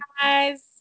guys